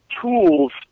tools